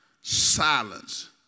Silence